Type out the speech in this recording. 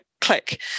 click